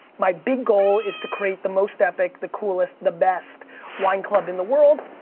my big goal is to create the most epic, the coolest, the best wine club in the world.